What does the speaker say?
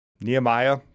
Nehemiah